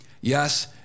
Yes